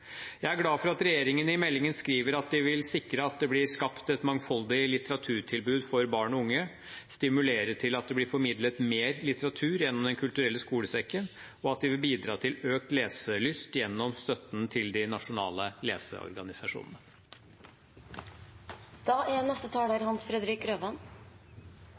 Jeg er glad for at regjeringen i meldingen skriver at de vil sikre at det blir skapt et mangfoldig litteraturtilbud for barn og unge, stimulere til at det blir formidlet mer litteratur gjennom Den kulturelle skolesekken, og at de vil bidra til økt leselyst gjennom støtten til de nasjonale leseorganisasjonene. Kulturskolen er